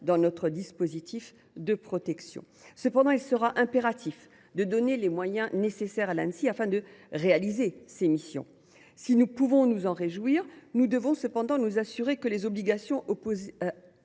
dans notre dispositif de protection. Cependant, il sera impératif de lui donner les moyens nécessaires à la réalisation de ses missions. Si nous pouvons nous en réjouir, nous devons cependant nous assurer que les obligations